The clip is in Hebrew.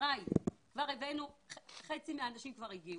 בעצם כבר חצי מהאנשים הגיעו,